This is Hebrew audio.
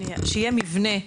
שיהיה מבנה,